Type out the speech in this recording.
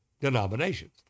denominations